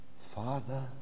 Father